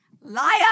liar